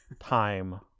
time